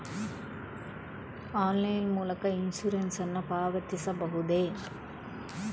Online ಮೂಲಕ ಇನ್ಸೂರೆನ್ಸ್ ನ್ನು ಪಾವತಿಸಬಹುದೇ?